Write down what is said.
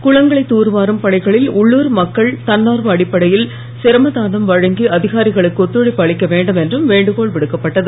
குளங்கனைத் தூர்வாரும் பணிகளில் உள்ளூர் மக்கள் தன்னார்வ அடிப்படையில் சிரமதானம் வழங்கி அதிகாரிகளுக்கு ஒத்துழைப்பு அளிக்க வேண்டும் என்றும் வேண்டுகோள் விடுக்கப்பட்டது